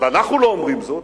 אבל אנחנו לא אומרים זאת,